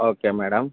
okay madam